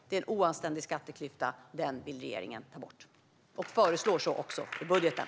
Det är en oanständig skatteklyfta. Den vill regeringen ta bort och föreslår också så i budgeten.